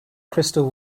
crystal